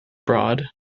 broad